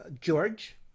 George